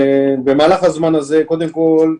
במהלך הזמן הזה, קודם כל,